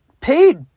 paid